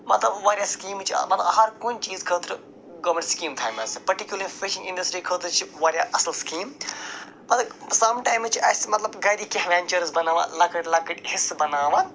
مطلب واریاہ سِکیٖمٕز چھِ مطلب ہَر کُنہِ چیٖزٕ خٲطرٕ گورمٮ۪نٛٹ سِکیٖم تھایمَژٕ پٔٹکیوٗلَر فِشِنٛگ اِنٛڈَسٹرٛی خٲطرٕ چھِ واریاہ اصٕل سِیٖکم پتہٕ سَم ٹایمٕز چھِ اَسہِ مطلب گَرِ کیٚنٛہہ وٮ۪نچٲرٕس بناوان لۄکٕٹۍ لۄکٕٹۍ حصہٕ بناوان